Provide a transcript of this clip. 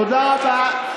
תודה רבה.